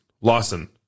Lawson